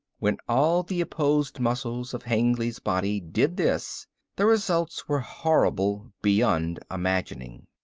when all the opposed muscles of hengly's body did this the results were horrible beyond imagining.